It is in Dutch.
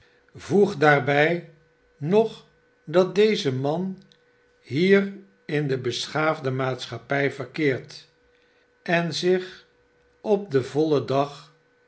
voeg daarbij nog dat deze man hier in de beschaafde maatschappij verkeert en zich op den vollendag op